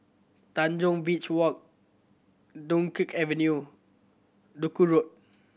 Tanjong Beach Walk Dunkirk Avenue Duku Road